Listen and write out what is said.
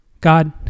God